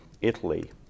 Italy